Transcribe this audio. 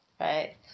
right